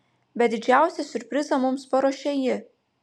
bet didžiausią siurprizą mums paruošė ji